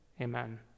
amen